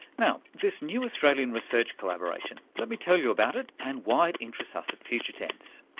now, this new australian research collaboration, let me tell you about it and why it interests us at future tense.